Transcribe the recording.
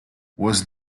was